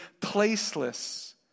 placeless